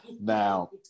now